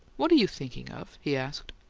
what are you thinking of? he asked.